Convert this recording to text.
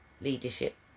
Leadership